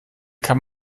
kann